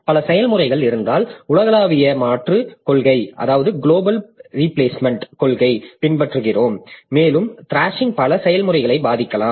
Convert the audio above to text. பல செயல்முறைகள் இருந்தால் உலகளாவிய மாற்றுக் கொள்கைகளைப் பின்பற்றுகிறோம் மேலும் த்ராஷிங் பல செயல்முறைகளை பாதிக்கலாம்